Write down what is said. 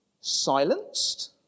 silenced